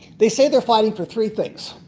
they say they're fighting for three things.